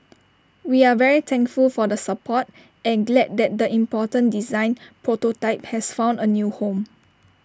we are very thankful for the support and glad that the important design prototype has found A new home